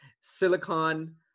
Silicon